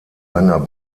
langer